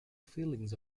feelings